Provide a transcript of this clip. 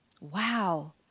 wow